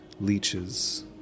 Leeches